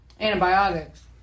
antibiotics